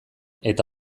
eta